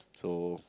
so